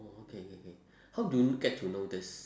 oh okay K K how do you get to know this